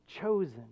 chosen